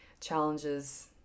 challenges